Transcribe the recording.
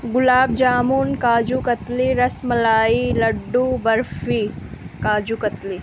گلاب jamun kaju katli ras malai laddu barfi kaju katli